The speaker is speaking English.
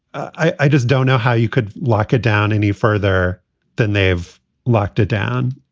i just don't know how you could lock it down any further than they've locked it down.